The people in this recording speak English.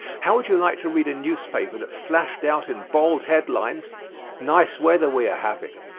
how would you like to read a newspaper that flashed out in bold headlines nice weather we are having,